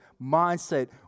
mindset